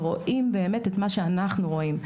ורואים באמת את מה שאנחנו רואים.